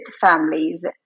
families